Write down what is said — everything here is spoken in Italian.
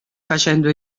facendo